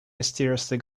mysteriously